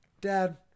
dad